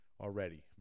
already